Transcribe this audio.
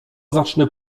zacznę